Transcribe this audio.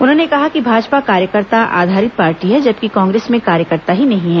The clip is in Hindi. उन्होंने कहा कि भाजपा कार्यकर्ता आधारित पार्टी है जबकि कांग्रेस में कार्यकर्ता ही नहीं है